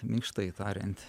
minkštai tariant